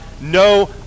no